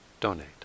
donate